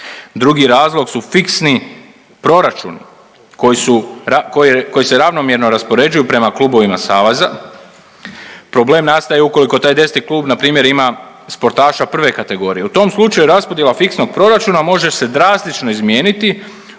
Drugi razlog su fiksni proračunu koji su, koji se ravnomjerno raspoređuje prema klubovima saveza. Problem nastaje ukoliko taj 10 klub npr. ima sportaša prve kategorije. U tom slučaju raspodjela fiksnog proračuna može se drastično izmijeniti u